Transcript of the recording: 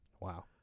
Wow